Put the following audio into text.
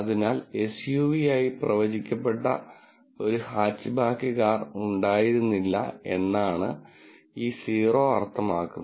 അതിനാൽ എസ്യുവിയായി പ്രവചിക്കപ്പെട്ട ഒരു ഹാച്ച്ബാക്ക് കാർ ഉണ്ടായിരുന്നില്ല എന്നാണ് ഈ 0 അർത്ഥമാക്കുന്നത്